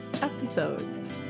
episode